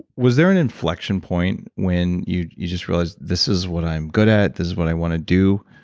was there an inflection point when you you just realized, this is what i'm good at, this is what i want to do?